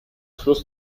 fluss